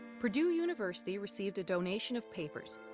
purdue university received a donation of papers,